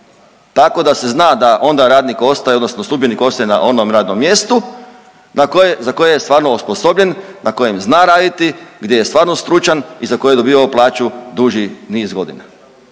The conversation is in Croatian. Tako da se zna da radnik ostaje odnosno službenik ostaje na onom radnom mjestu za koje je stvarno osposobljen, na kojem zna raditi, gdje je stvarno stručan i za koje je dobivao plaću duži niz godina.